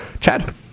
Chad